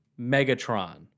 Megatron